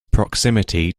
proximity